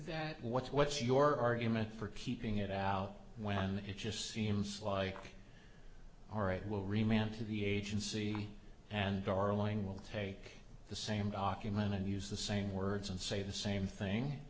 that what's your argument for keeping it out when it just seems like the right will remain to be agency and darling will take the same document and use the same words and say the same thing